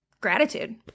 gratitude